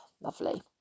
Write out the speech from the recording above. lovely